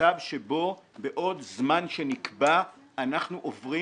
במצב שבו בעוד זמן שנקבע אנחנו עוברים